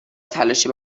تلاشی